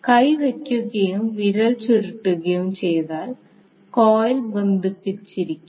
കൈ വയ്ക്കുകയും വിരൽ ചുരുട്ടുകയും ചെയ്താൽ കോയിൽ ബന്ധിച്ചിരിക്കും